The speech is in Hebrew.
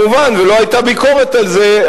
ולא היתה ביקורת על זה,